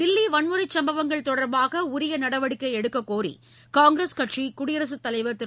தில்லி வன்முறை சம்பவங்கள் தொடர்பாக உரிய நடவடிக்கை எடுக்கக்கோரி காங்கிரஸ் கட்சி குடியரசுத் தலைவர் திரு